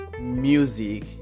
music